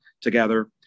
together